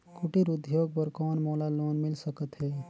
कुटीर उद्योग बर कौन मोला लोन मिल सकत हे?